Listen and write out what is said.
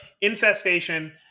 infestation